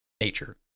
nature